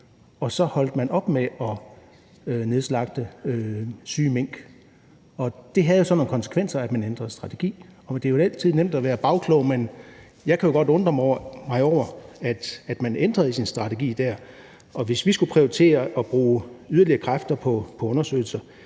og så holdt man op med at nedslagte syge mink. Det havde så nogle konsekvenser, at man ændrede strategi. Og det er jo altid nemt at være bagklog, men jeg kan godt undre mig over, at man ændrede i sin strategi dér. Og hvis vi skulle prioritere at bruge yderligere kræfter på undersøgelser,